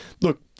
Look